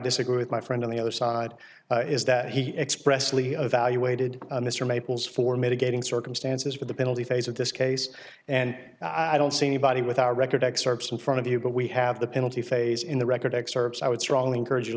disagree with my friend on the other side is that he expressly of valuated mr maples for mitigating circumstances for the penalty phase of this case and i don't see anybody with our record excerpts in front of you but we have the penalty phase in the record excerpts i would strongly encourage you to